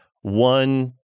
one